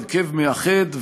בהרכב מאחד,